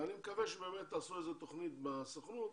אני מקווה שתעשו איזה תוכנית בסוכנות